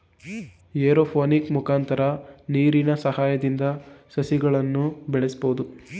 aeroponic ಮುಖಾಂತರ ನೀರಿನ ಸಹಾಯದಿಂದ ಸಸಿಗಳನ್ನು ಬೆಳಸ್ಬೋದು